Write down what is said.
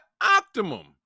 optimum